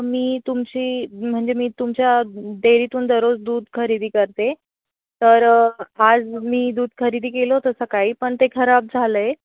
मी तुमची म्हणजे मी तुमच्या डेरीतून दररोज दूध खरेदी करते तर आज मी दूध खरेदी केलं होतं सकाळी पण ते खराब झालं आहे